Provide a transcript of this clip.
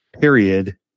period